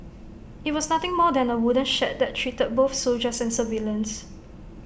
IT was nothing more than A wooden shed that treated both soldiers and civilians